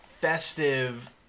festive